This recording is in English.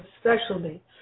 specialty